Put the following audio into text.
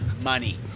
money